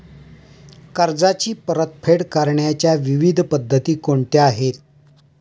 कर्जाची परतफेड करण्याच्या विविध पद्धती कोणत्या आहेत?